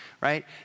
right